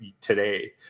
today